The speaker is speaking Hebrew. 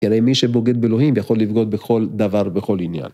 כי הרי מי שבוגד באלוהים יכול לבגוד בכל דבר ובכל עניין.